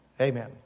Amen